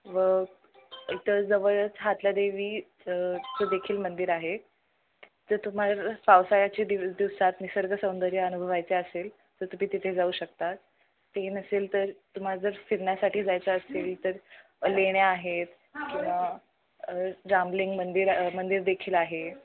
व इथं जवळचं हाथल्या देवीचं देखील मंदिर आहे तर तुम्हाला पावसाळ्याचे दिवस दिवसात निसर्ग सौंदर्य अनुभवायचे असेल तर तुम्ही तिथे जाऊ शकता ते नसेल तर तुम्हाला जर फिरण्यासाठी जायचं असेल तर लेण्या आहेत किंवा रामलिंग मंदिर मंदिर देखील आहे